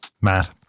Matt